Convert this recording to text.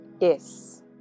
Yes